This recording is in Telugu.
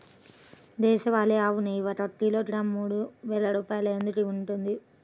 దేశవాళీ ఆవు నెయ్యి ఒక కిలోగ్రాము మూడు వేలు రూపాయలు ఎందుకు ఉంటుంది?